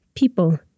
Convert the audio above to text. People